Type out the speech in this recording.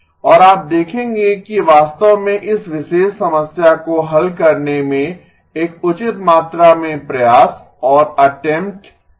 और आप देखेंगे कि वास्तव में इस विशेष समस्या को हल करने मे एक उचित मात्रा मे प्रयास और अटेम्पट है